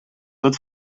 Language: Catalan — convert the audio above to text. tot